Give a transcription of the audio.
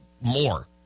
more